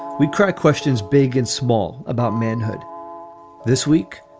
we crack questions big and small about manhood this week,